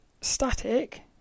static